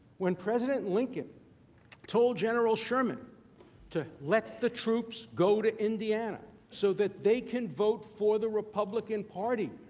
when president lincoln told general sherman to let the troops go to indiana, so that they can vote for the republican party,